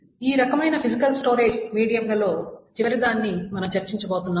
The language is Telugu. ఈ రకమైన ఫిజికల్ స్టోరేజ్ మీడియంలలో చివరిదాన్ని మనం చర్చించబోతున్నాం